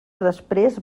després